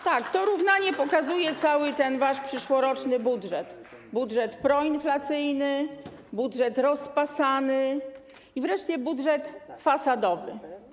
Tak, to równanie pokazuje cały ten wasz przyszłoroczny budżet - budżet proinflacyjny, budżet rozpasany i wreszcie budżet fasadowy.